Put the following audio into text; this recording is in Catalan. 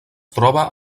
troba